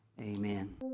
amen